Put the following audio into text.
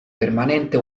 permanente